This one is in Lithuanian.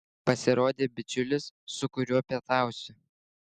pasirodė bičiulis su kuriuo pietausiu